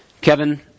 Kevin